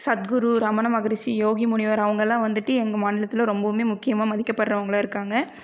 சத்குரு ரமணமகரிஷி யோகிமுனிவர் அவங்கள்லாம் வந்துட்டு எங்கள் மாநிலத்தில் ரொம்பவுமே முக்கியமாக மதிக்கப்படுறவங்களா இருக்காங்க